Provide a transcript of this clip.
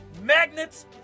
magnets